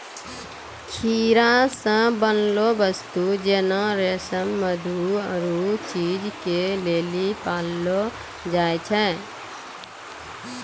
कीड़ा से बनलो वस्तु जेना रेशम मधु आरु चीज के लेली पाललो जाय छै